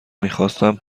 میخواستم